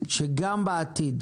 שגם בעתיד,